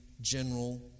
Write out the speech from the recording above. general